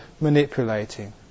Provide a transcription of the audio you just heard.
manipulating